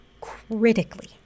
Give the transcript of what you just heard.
critically